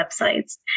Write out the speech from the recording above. websites